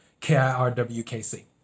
K-I-R-W-K-C